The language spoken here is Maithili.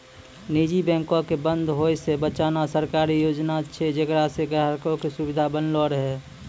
निजी बैंको के बंद होय से बचाना सरकारी योजना छै जेकरा से ग्राहको के सुविधा बनलो रहै